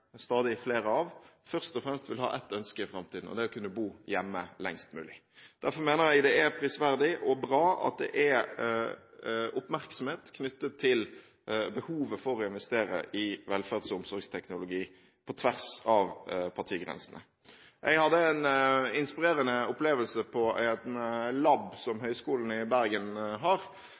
stadig flere av, først og fremst vil ha ett ønske i framtiden – å kunne bo hjemme lengst mulig. Derfor mener jeg det er prisverdig og bra at det på tvers av partigrensene er oppmerksomhet om behovet for å investere i velferds- og omsorgsteknologi. Jeg hadde en inspirerende opplevelse i et laboratorium som Høgskolen i Bergen har,